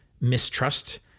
mistrust